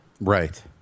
Right